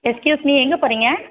excuse me எங்கே போகறீங்க